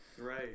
Right